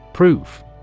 Proof